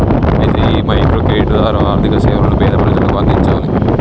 అయితే ఈ micro credit ద్వారా ఆర్థిక సేవలను పేద ప్రజలకు అందించాలి